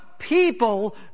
People